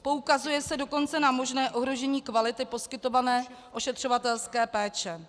Poukazuje se dokonce na možné ohrožení kvality poskytované ošetřovatelské péče.